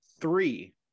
three